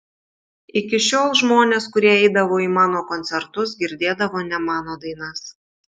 iki šiol žmonės kurie eidavo į mano koncertus girdėdavo ne mano dainas